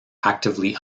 actively